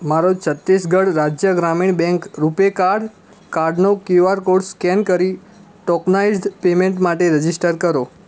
મારો છત્તીસગઢ રાજ્ય ગ્રામીણ બેંક રૂપે કાર્ડ કાર્ડનો ક્યૂ આર કોડ સ્કૅન કરી ટોકનાઈઝ્ડ પેમેન્ટ માટે રજિસ્ટર કરો